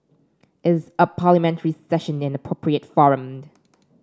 is a Parliamentary Session an appropriate farmed